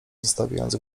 zostawiając